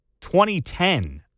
2010